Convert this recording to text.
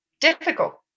difficult